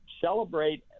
celebrate